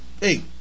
Hey